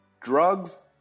drugs